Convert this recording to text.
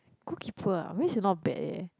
goal keeper ah means you're not bad eh